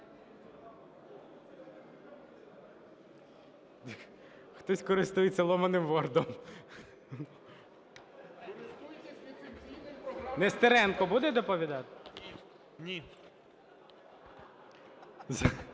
Нестеренко буде доповідати?